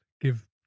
give